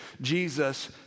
Jesus